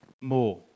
more